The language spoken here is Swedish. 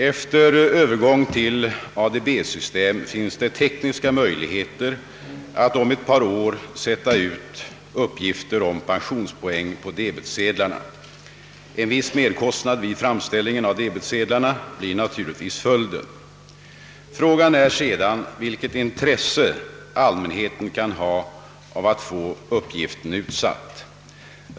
Efter övergång till ADB-system finns det tekniska möjligheter att om ett par år sätta ut uppgift om pensionspoäng på debetsedlarna. En viss merkostnad vid framställning av debetsedlarna blir naturligtvis följden. Frågan är redan vilket intresse allmänheten kan ha av att få uppgiften utsatt.